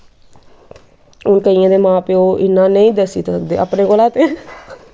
हून ते मां प्यो इन्ना नेईं दस्सी सकदे अपने कोला ते